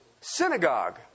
synagogue